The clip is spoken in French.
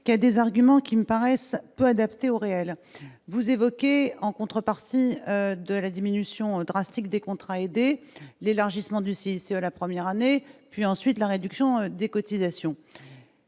nombre d'arguments me paraissent peu adaptés au réel. Vous évoquez, en contrepartie de la diminution drastique des contrats aidés, l'élargissement du CICE la première année, puis la réduction des cotisations.